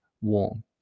warm